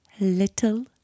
Little